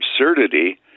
absurdity